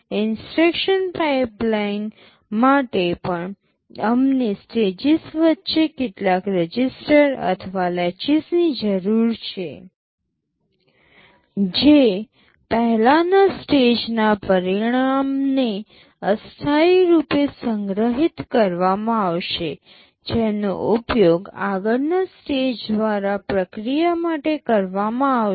instruction pipeline માટે પણ અમને સ્ટેજીસ વચ્ચે કેટલાક રજિસ્ટર અથવા લેચીસ ની જરૂર છે જે પહેલાના સ્ટેજના પરિણામને અસ્થાયી રૂપે સંગ્રહિત કરવામાં આવશે જેનો ઉપયોગ આગળના સ્ટેજ દ્વારા પ્રક્રિયા માટે કરવામાં આવશે